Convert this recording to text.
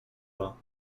vent